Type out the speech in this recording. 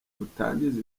butangiza